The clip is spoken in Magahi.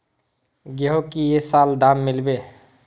गेंहू की ये साल दाम मिलबे बे?